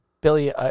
Billy